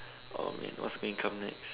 of what's incoming next